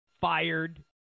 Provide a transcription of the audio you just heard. fired